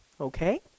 Okay